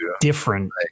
different